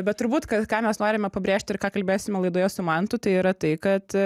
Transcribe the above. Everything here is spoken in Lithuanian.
bet turbūt ką ką mes norime pabrėžt ir ką kalbėsime laidoje su mantu tai yra tai kad